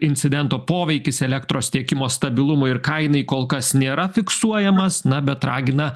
incidento poveikis elektros tiekimo stabilumui ir kainai kol kas nėra fiksuojamas na bet ragina